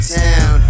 town